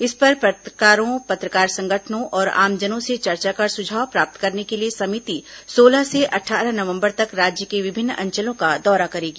इस पर पत्रकारों पत्रकार संगठनों और आमजनों से चर्चा कर सुझाव प्राप्त करने के लिए समिति सोलह से अट्ठारह नवम्बर तक राज्य के विभिन्न अंचलों का दौरा करेगी